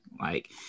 like-